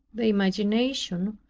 the imagination,